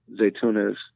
Zaytuna's